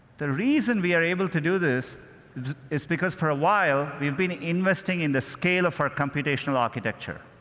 the reason we are able to do this is because, for a while, we have been investing in the scale of our computational architecture.